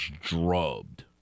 drubbed